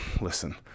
listen